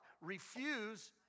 Refuse